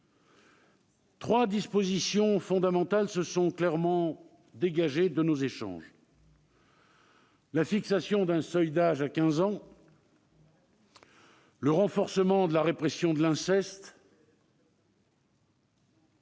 Trois dispositions fondamentales se sont clairement dégagées de nos échanges : la fixation d'un seuil d'âge à 15 ans, le renforcement de la répression de l'inceste